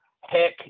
Heck